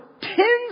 ten